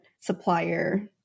supplier